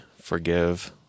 forgive